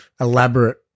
elaborate